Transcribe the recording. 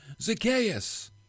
Zacchaeus